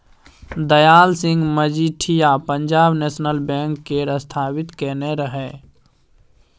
Dayal Singh Majithia Punjab National Bank केर स्थापित केने रहय